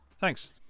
Thanks